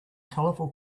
colorful